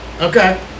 Okay